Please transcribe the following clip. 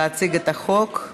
להציג את החוק.